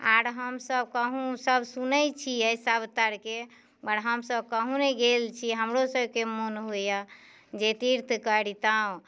आओर हमसभ कहुँ सभ सुनै छियै सभ तरिके मगर हमसभ कहुँ नहि गेल छियै हमरो सभके मोन होइए जे तीर्थ करितहुँ